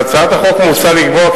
בהצעת החוק מוצע לקבוע,